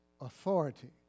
authority